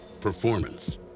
performance